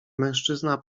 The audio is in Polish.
mężczyzna